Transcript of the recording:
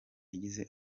yagize